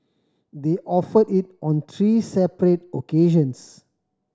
they offered it on three separate occasions